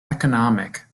economic